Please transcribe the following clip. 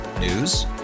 News